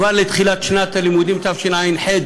כבר בתחילת שנת הלימודים תשע"ח,